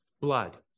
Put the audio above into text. blood